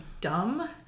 dumb